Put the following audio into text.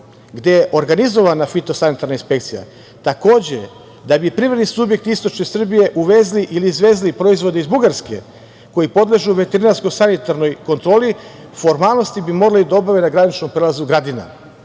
gde je organizovana fitosanitarna inspekcija. Takođe, da bi privredni subjekti istočne Srbije uvezli ili izvezli proizvode iz Bugarske koji podležu veterinarsko-sanitarnoj kontroli, formalnosti bi morali da obave na graničnom prelazu Gradina.E